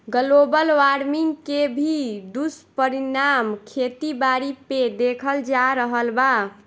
global warming के भी दुष्परिणाम खेती बारी पे देखल जा रहल बा